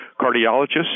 cardiologists